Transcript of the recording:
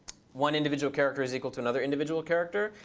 one individual character is equal to another individual character.